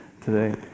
today